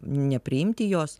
nepriimti jos